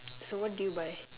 so what do you buy